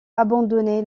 abandonner